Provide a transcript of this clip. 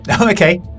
Okay